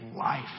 life